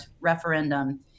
referendum